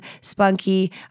spunky